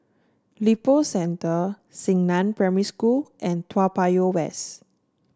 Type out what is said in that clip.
Lippo Center Xingnan Primary School and Toa Payoh West